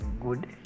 good